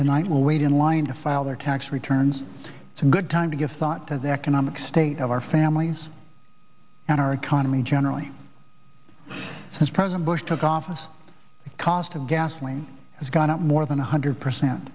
tonight wait in line the file their tax returns to a good time to give thought to the economic state of our families and our economy generally since president bush took office the cost of gasoline has gone up more than a hundred percent